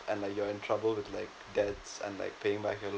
and like you are in trouble with like debts and like paying my bills